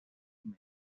medio